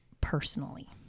personally